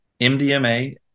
MDMA